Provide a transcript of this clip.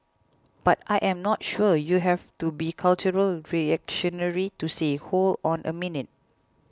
but I am not sure you have to be a cultural reactionary to say Hold on a minute